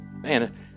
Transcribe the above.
man